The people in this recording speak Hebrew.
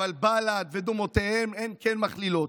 אבל בל"ד ודומותיהם הן כן מכלילות,